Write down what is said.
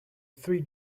three